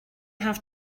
have